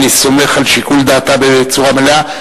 ואני סומך על שיקול דעתה בצורה מלאה,